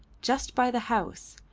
just by the house,